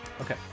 Okay